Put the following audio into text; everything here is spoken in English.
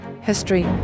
history